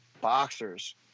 boxers